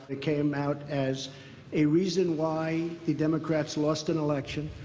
it came out as a reason why the democrats lost an election.